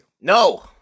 No